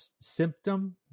symptom